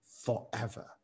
forever